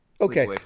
Okay